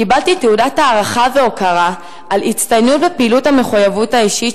קיבלתי תעודת הערכה והוקרה על הצטיינות בפעילות המחויבות האישית,